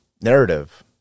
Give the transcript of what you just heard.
narrative